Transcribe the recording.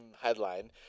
headline